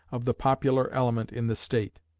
of the popular element in the state.